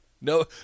No